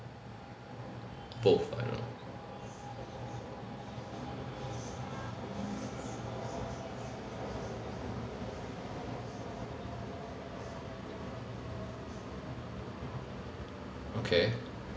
both I don't know okay